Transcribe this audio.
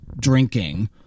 drinking